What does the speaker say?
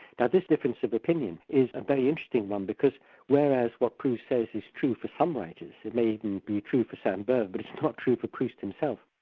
this difference of opinion is a very interesting one, because whereas what proust says is true for some writers, it may even be true for sainte-beuve, but it's not true for proust himself.